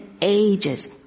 Ages